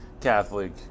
Catholic